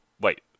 Wait